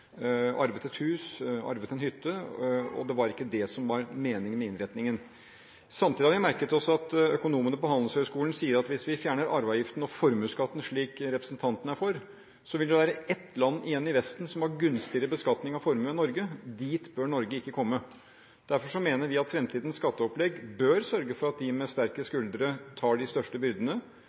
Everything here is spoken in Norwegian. arvet et hus eller en hytte. Det var ikke det som var meningen med innretningen. Samtidig har vi merket oss at økonomene på Handelshøyskolen sier at hvis vi fjerner arveavgiften og formuesskatten, slik representanten er for, vil det være ett land igjen i Vesten som har gunstigere beskatning av formue enn Norge. Dit bør ikke Norge komme. Derfor mener vi at fremtidens skatteopplegg bør sørge for at de med sterkest skuldre, tar de største byrdene,